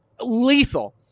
lethal